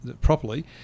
properly